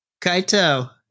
Kaito